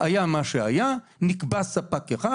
היה מה שהיה ונקבע ספק אחד